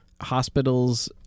hospitals